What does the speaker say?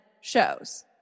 shows